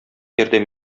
ярдәм